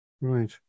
Right